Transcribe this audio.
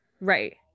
Right